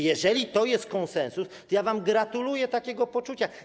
Jeżeli to jest konsensus, to ja wam gratuluję takiego poczucia.